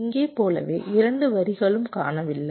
இங்கே போலவே 2 வரிகளும் காணவில்லை